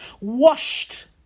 Washed